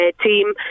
team